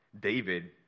David